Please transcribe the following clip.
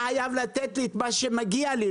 אתה חייב לתת לי את מה שמגיע לי,